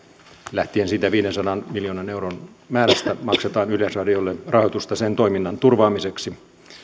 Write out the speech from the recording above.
lähtien siitä viidensadan miljoonan euron määrästä maksetaan yleisradiolle rahoitusta sen toiminnan turvaamiseksi